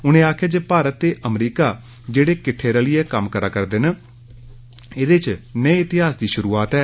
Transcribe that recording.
उनें आक्खेआ जे भारत ते अमरीका जेह्ड़े किट्ठे रलियै कम्म करै करदे न एह् इक नये इतिहास दी शुरूआत ऐ